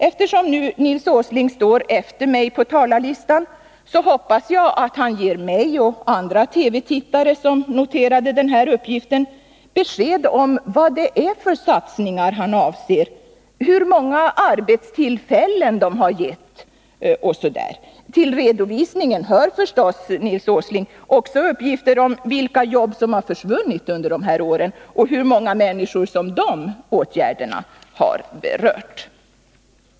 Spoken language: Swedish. Eftersom nu Nils Åsling står efter mig på talarlistan hoppas jag att han ger mig och andra TV-tittare som noterade den här uppgiften besked om vad det är för satsningar han avser, hur många arbetstillfällen de har gett osv. Till redovisningen hör förstås, Nils Åsling, också uppgifter om vilka jobb som har försvunnit under de här åren och hur många människor de åtgärderna har berört.